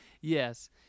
Yes